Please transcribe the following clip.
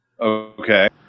Okay